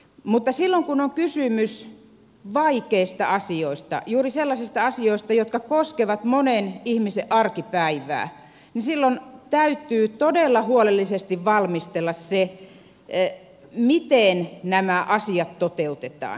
mutta silloin kun on kysymys vaikeista asioista juuri sellaisista asioista jotka koskevat monen ihmisen arkipäivää niin silloin täytyy todella huolellisesti valmistella se miten nämä asiat toteutetaan